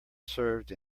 served